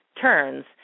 turns